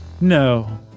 No